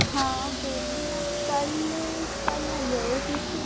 हां बेह्ली आं कल आई आई जाएओ तुस